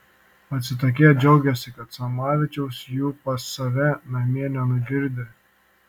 atsitokėję džiaugėsi kad samavičius jų pas save namie nenugirdė